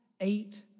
eight